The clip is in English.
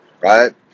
right